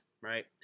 right